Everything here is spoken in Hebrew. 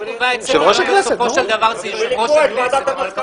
--- בסופו של דבר זה יושב-ראש הכנסת,